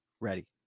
ready